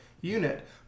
unit